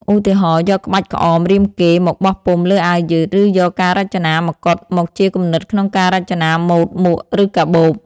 ឧទាហរណ៍ យកក្បាច់ក្អមរាមកេរ្តិ៍មកបោះពុម្ពលើអាវយឺត ឬយកការរចនាមកុដមកជាគំនិតក្នុងការរចនាម៉ូដមួកឬកាបូប។